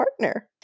partner